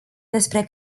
despre